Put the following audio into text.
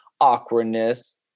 awkwardness